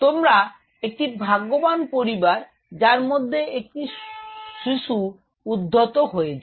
তারা একটি ভাগ্যবান পরিবার যার মধ্যে একটি শিশু উদ্ধত হয়ে যায়